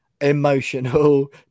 emotional